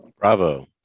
Bravo